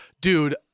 dude